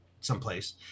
someplace